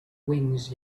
wings